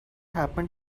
happen